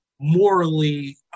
morally